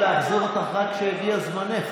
אז למה אמרת את זה על אחרים?